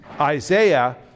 Isaiah